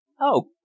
Oh